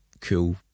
cool